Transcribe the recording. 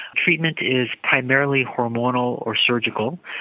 treatment is primarily hormonal or surgical.